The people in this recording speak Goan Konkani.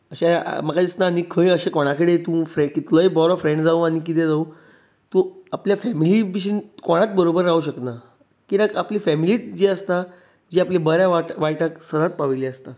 म्हाका दिसना तूं खंय आनी कोणा कडेन कितलोय बरो फ्रँड जावं वा कितेंय जावं तूं आपल्या फॅमिली भाशेन कोणाच बरोबर रावंक शकना कित्याक आपली फॅमिली जी आसता जी आपल्या बऱ्या वायटाक सहज पाविल्ली आसता